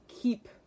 keep